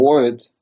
avoid